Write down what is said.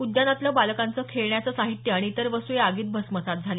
उद्यानातलं बालकांचं खेळण्याचं साहित्य आणि इतर वस्तू या आगीत भस्मसात झाल्या